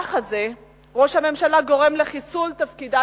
במהלך הזה ראש הממשלה גורם לחיסול תפקידה